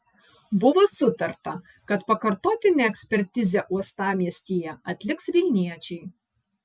buvo sutarta kad pakartotinę ekspertizę uostamiestyje atliks vilniečiai